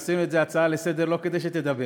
עשינו את זה הצעה לסדר-היום לא כדי שתדבר.